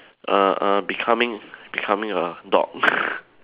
err err becoming becoming a dog